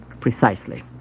Precisely